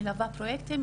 מלווה פרויקטים.